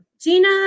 Gina